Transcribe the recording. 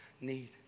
need